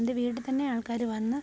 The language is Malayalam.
എൻ്റെ വീട്ടിൽ തന്നെ ആൾക്കാര് വന്ന്